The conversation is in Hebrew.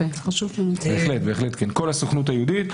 בהחלט כן, כל הסוכנות היהודית.